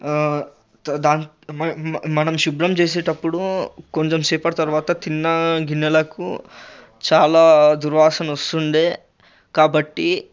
దా దాన్ మా మా మనం శుభ్రం చేసేటప్పుడు కొంచెంసేపటి తర్వాత తిన్నా గిన్నెలకు చాలా దుర్వాసన వస్తుండే కాబట్టి